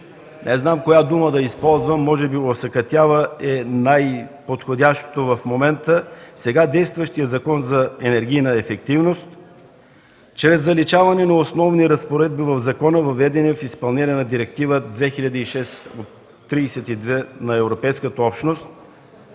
не зная коя дума да използвам – може би „осакатява” е най-подходяща в момента в сега действащия Закон за енергийната ефективност чрез заличаване на основни разпоредби в закона, въведени в изпълнение на Директива 2006/32 на Европейската общност